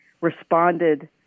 responded